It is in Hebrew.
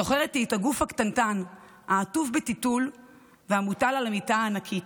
זוכרת היא את הגוף הקטנטן העטוף בטיטול והמוטל על המיטה הענקית,